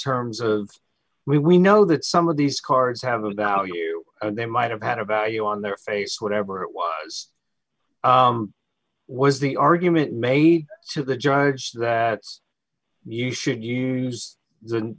terms of we we know that some of these cards have a value and they might have had a value on their face whatever it was was the argument made to the judge that you should use